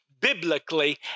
biblically